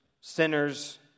sinners